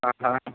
ஆஹ